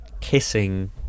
kissing